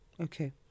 Okay